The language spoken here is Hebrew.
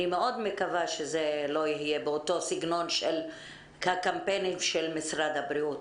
אני מקווה מאוד שזה לא יהיה בסגנון של הקמפיינים של משרד הבריאות.